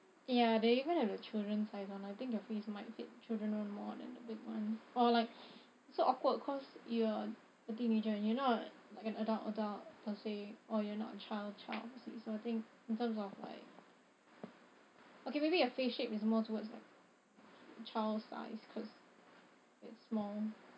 ya they even have the children size one I think your face might fit children one more than the big ones or like so awkward cause you are a teenager and you're not like an adult adult per se or you're not a child child so I think in terms of like okay maybe your face shape is more towards like child size cause it's small